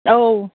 औ